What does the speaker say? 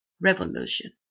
revolution